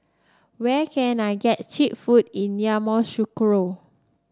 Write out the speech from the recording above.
where can I get cheap food in Yamoussoukro